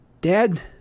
Dad